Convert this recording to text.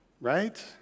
right